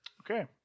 Okay